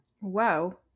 Wow